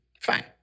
fine